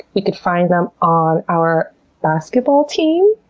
we could find them on our basketball team.